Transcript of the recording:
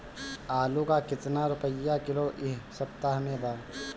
आलू का कितना रुपया किलो इह सपतह में बा?